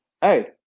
hey